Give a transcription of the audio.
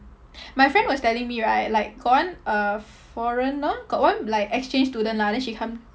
my friend was telling me right like got one uh foreigner got one like exchange student lah then she come